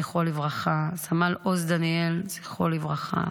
זכרו לברכה, סמל עוז דניאל, זכרו לברכה,